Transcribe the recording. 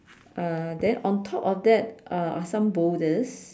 uh then on top of that uh are some boulders